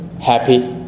happy